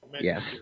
Yes